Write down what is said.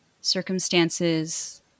circumstances